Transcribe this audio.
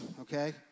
okay